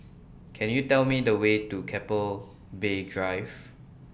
Can YOU Tell Me The Way to Keppel Bay Drive